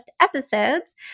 episodes